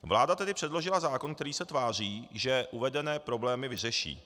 Vláda tedy předložila zákon, který se tváří, že uvedené problémy vyřeší.